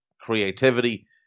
creativity